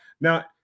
Now